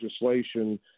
legislation